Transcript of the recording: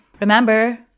Remember